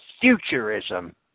futurism